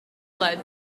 fled